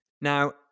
Now